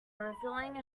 revealing